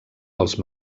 als